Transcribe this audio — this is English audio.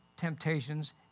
temptations